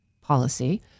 Policy